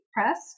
Press